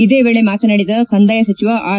ಇದೇ ವೇಳೆ ಮಾತನಾಡಿದ ಕಂದಾಯ ಸಚಿವ ಆರ್